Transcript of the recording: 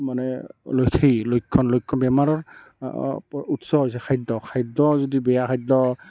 মানে সেই লক্ষণ লক্ষণ বেমাৰৰ উৎস হৈছে খাদ্য খাদ্য যদি বেয়া খাদ্য